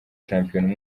shampiyona